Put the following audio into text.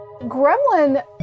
Gremlin